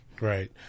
Right